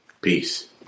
Peace